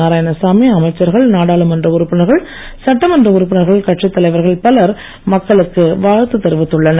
நாராயணசாமி அமைச்சர்கள் நாடாளுமன்ற உறுப்பினர்கள் சட்டமன்ற உறுப்பினர்கள் கட்சி தலைவர்கள் பலர் மக்களுக்கு வாழ்த்து தெரிவித்துள்ளனர்